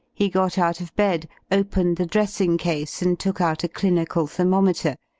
he got out of bed, opened the dressing-case, and took out a clinical thermometer.